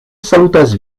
salutas